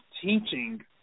teaching